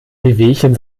wehwehchen